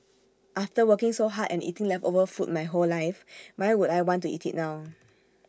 after working so hard and eating leftover food my whole life why would I want to eat IT now